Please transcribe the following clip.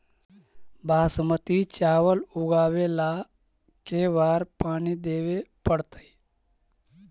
बासमती चावल उगावेला के बार पानी देवे पड़तै?